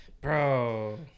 bro